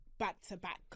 back-to-back